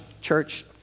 Church